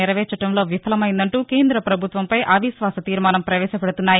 నెరవేర్చడంలో విఫలమైందంటూ కేంద పభుత్వంపై అవిశ్వాస తీర్మానం పవేశపెడుతున్నాయి